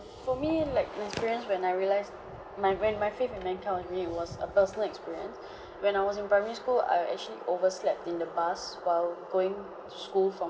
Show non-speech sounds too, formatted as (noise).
for me like my experience when I realised my when my faith in mankind was renewed was a personal experience (breath) when I was in primary school I actually overslept in the bus while going to school from